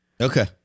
Okay